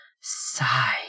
Sigh